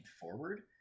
forward